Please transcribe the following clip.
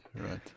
right